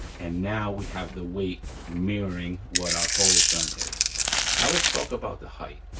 and now we have the weight mirroring what our holosun is. now let's talk about the height.